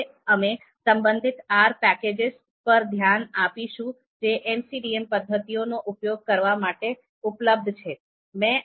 હવે અમે સંબંધિત R પેકેજીસ પર ધ્યાન આપીશું જે MCDM પદ્ધતિઓનો ઉપયોગ કરવા માટે ઉપલબ્ધ છે